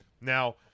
Now